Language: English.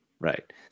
Right